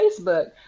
Facebook